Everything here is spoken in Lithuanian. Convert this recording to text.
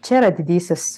čia yra didysis